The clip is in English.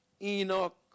Enoch